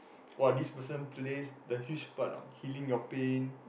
!wah! this person plays the huge part on healing your pain